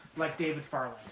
like david farland.